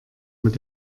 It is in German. mit